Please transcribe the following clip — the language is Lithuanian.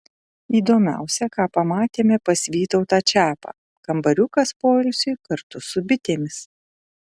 įdomiausia ką pamatėme pas vytautą čiapą kambariukas poilsiui kartu su bitėmis